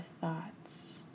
thoughts